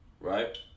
right